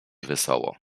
wesoło